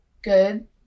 good